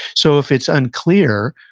so, if it's unclear,